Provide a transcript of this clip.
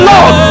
Lord